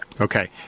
Okay